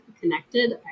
connected